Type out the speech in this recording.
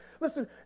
Listen